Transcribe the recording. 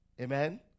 Amen